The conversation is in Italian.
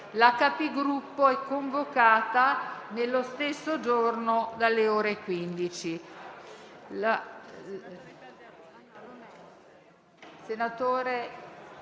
Capigruppo è convocata nello stesso giorno dalle ore 15.